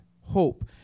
Hope